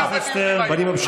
אתה היית בדיונים היום.